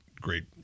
great